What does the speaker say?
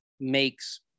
makes